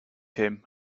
him